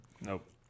Nope